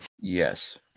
Yes